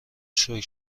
شکر